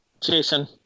Jason